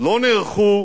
לא נערכו